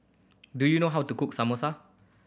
do you know how to cook Samosa